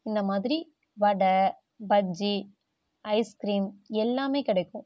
இந்தமாதிரி வடை பஜ்ஜி ஐஸ்க்ரீம் எல்லாமே கிடைக்கும்